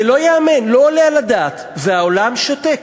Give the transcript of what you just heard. זה לא ייאמן, לא יעלה על הדעת, והעולם שותק,